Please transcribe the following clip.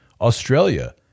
Australia